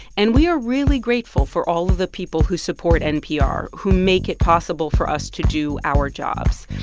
and we are really grateful for all of the people who support npr, who make it possible for us to do our jobs.